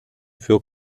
für